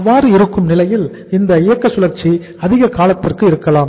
அவ்வாறு இருக்கும் நிலையில் இந்த இயக்க சுழற்சி அதிக காலத்திற்கு இருக்கலாம்